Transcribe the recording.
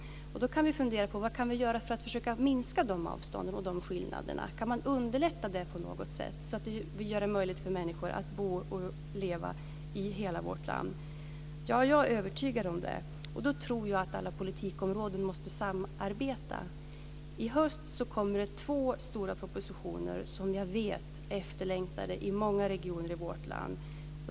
Då kan vi fundera över vad vi kan göra för att minska dessa avstånd och skillnader. Kan man underlätta för de människor som bor där på något sätt så att det blir möjligt att bo och leva i hela vårt land? Det är jag övertygad om. Där måste alla politikområden samarbeta. I höst kommer två stora propositioner som jag vet är efterlängtade i många regioner i vårt land.